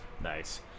Nice